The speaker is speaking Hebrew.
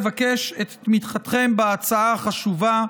אבקש את תמיכתכם בהצעה החשובה,